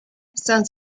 sounds